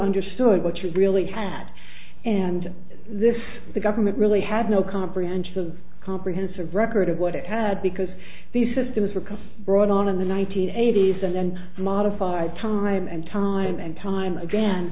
understood what you really had and this the government really had no comprehension of comprehensive record of what it had because these systems were come brought on in the one nine hundred eighty s and then modified time and time and time again